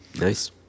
Nice